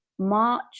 March